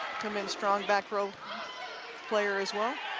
um and strong back row player as well